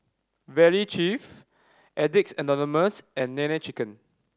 Valley Chef Addicts Anonymous and Nene Chicken